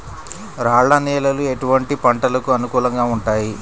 రాళ్ల నేలలు ఎటువంటి పంటలకు అనుకూలంగా ఉంటాయి?